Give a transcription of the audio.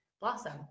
blossom